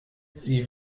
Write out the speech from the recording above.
sie